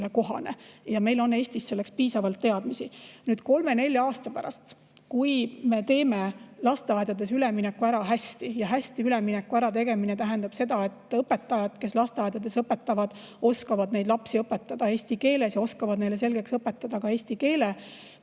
kohane. Ja meil on Eestis selleks piisavalt teadmisi. Kolme-nelja aasta pärast, kui me teeme lasteaedades ülemineku hästi ära – hästi ärategemine tähendab seda, et õpetajad, kes lasteaedades õpetavad, oskavad õpetada lapsi eesti keeles ja oskavad neile selgeks õpetada ka eesti keele